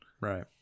Right